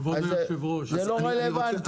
אז זה לא רלוונטי.